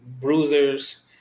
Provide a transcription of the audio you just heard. bruisers